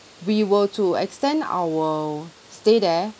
we were to extend our stay there